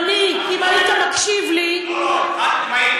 אדוני, אם היית מקשיב לי, לא, אם את היית